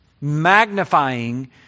magnifying